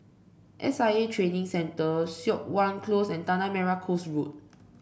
S I A Training Centre Siok Wan Close and Tanah Merah Coast Road